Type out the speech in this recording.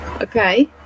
Okay